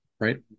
right